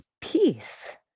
peace